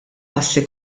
passi